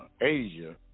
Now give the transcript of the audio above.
Asia